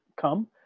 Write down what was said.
come